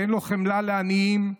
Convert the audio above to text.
ואין לו חמלה לעניים,